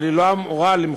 אבל היא לא אמורה למחוק